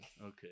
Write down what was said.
Okay